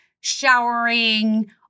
showering